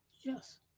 Yes